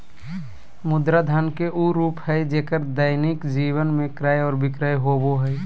मुद्रा धन के उ रूप हइ जेक्कर दैनिक जीवन में क्रय और विक्रय होबो हइ